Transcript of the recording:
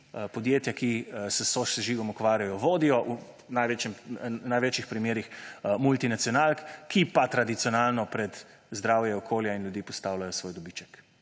podjetij, ki se s sosežigom ukvarjajo, v največjih primerih multinacionalk, ki pa tradicionalno pred zdravje okolja in ljudi postavljajo svoj dobiček.